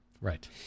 Right